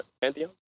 pantheon